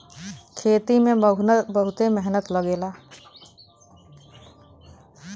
खेती में बहुते मेहनत लगेला